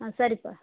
ஆ சரிப்பா